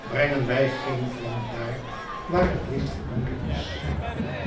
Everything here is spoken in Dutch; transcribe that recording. brengen wij geen vlam dààr waar het licht voldoende is